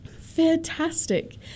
Fantastic